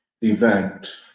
event